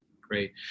Great